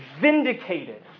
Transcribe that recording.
vindicated